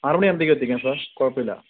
ആറു മണി ആവുമ്പോഴേക്കും എത്തിക്കാൻ സാർ കുഴപ്പമില്ല